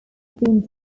been